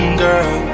girl